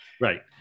Right